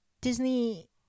Disney